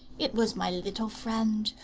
it was my little friend,